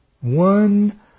one